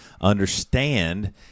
understand